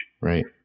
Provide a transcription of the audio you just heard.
Right